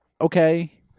okay